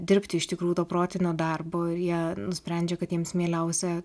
dirbti iš tikrųjų protinio darbo ir jie nusprendžia kad jiems mieliausia